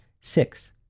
Six